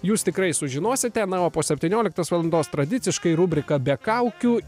jūs tikrai sužinosite na o po septynioliktos valandos tradiciškai rubrika be kaukių